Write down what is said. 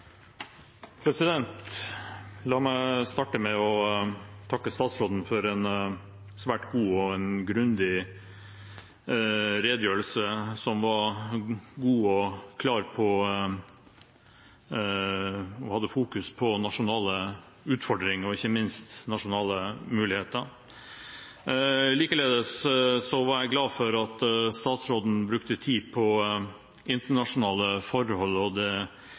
grundig redegjørelse, som var klar og hadde fokus på nasjonale utfordringer og ikke minst nasjonale muligheter. Likeledes var jeg glad for at statsråden brukte tid på internasjonale forhold og det